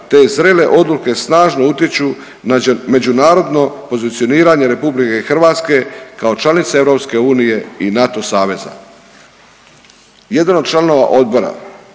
te zrele odluke snažno utječu na međunarodno pozicioniranje RH kao članice EU i NATO saveza. Jedan od članova odbora